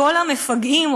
כל המפגעים,